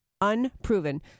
unproven